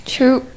True. (